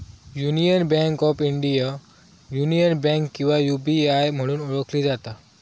union bank of India, union bank किंवा UBI म्हणून ओळखली जाता